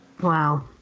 Wow